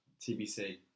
TBC